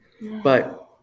but-